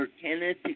Kenneth